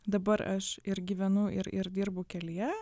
dabar aš ir gyvenu ir ir dirbu kelyje